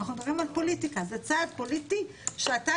זה צעד פוליטי שאתה,